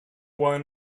one